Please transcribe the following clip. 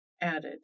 added